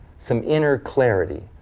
some inner clarity,